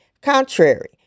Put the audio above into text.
contrary